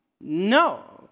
No